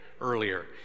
earlier